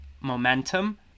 momentum